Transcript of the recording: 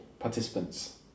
Participants